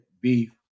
beef